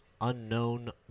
Unknown